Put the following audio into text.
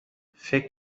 فکر